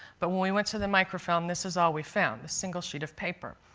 but when we went to the microfilm this is all we found. this single sheet of paper.